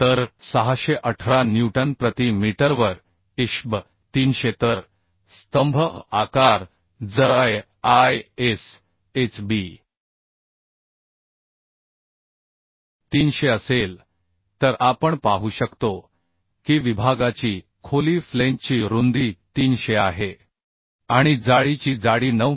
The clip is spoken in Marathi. तर 618 न्यूटन प्रति मीटरवर ISHB 300 तर स्तंभ आकार जरISHB 300 असेल तर आपण पाहू शकतो की विभागाची खोली फ्लेंजची रुंदी 300 आहे आणि जाळीची जाडी 9